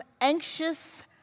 anxious